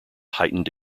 heightened